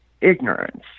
ignorance